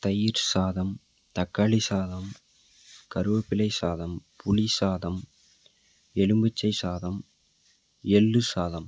தயிர் சாதம் தக்காளி சாதம் கருவேப்பிலை சாதம் புளி சாதம் எலுமிச்சை சாதம் எள் சாதம்